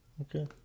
Okay